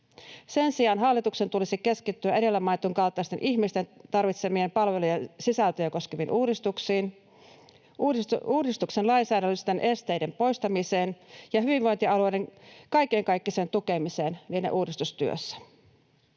Sen sijaan hallituksen tulisi keskittyä edellä mainitun kaltaisten, ihmisten tarvitsemien palvelujen sisältöjä koskeviin uudistuksiin, uudistusten lainsäädännöllisten esteiden poistamiseen ja hyvinvointialueiden kaikenkaikkiseen tukemiseen niiden uudistustyössä.